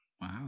Wow